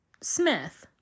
Smith